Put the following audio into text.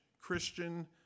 Christian